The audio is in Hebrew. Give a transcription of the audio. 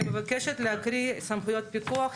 אני מבקשת להקריא את סמכויות פיקוח,